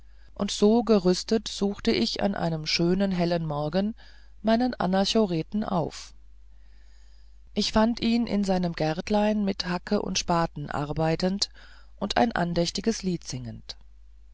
und so gerüstet suchte ich an einem schönen hellen morgen meinen anachoreten auf ich fand ihn in seinem gärtlein mit hacke und spaten arbeitend und ein andächtiges lied singend